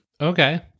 Okay